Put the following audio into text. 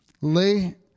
Lay